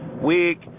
week